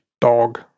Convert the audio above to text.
dog